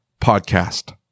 podcast